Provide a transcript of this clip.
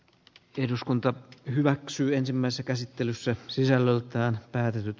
q eduskunta hyväksyi ensimmäisen käsittelyssä sisällöltään päätetyt